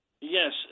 Yes